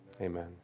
Amen